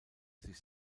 sich